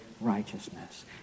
righteousness